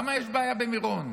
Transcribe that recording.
למה יש בעיה במירון?